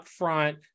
upfront